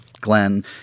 Glenn